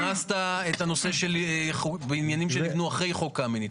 הכנסת בניינים שנבנו אחרי חוק קמיניץ,